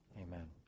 Amen